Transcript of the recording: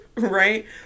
Right